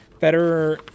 Federer